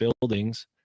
buildings